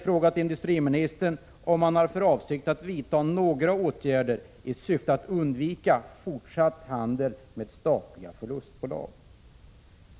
Avser industriministern vidta några åtgärder i syfte att undvika fortsatt handel med statliga förlustbolag?